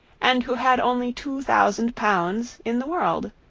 and who had only two thousand pounds in the world.